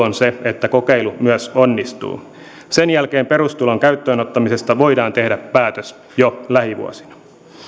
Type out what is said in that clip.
on se että kokeilu myös onnistuu sen jälkeen perustulon käyttöönottamisesta voidaan tehdä päätös jo lähivuosina